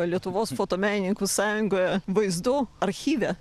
lietuvos fotomenininkų sąjungoje vaizdų archyve